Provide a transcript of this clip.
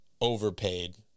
overpaid